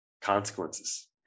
Consequences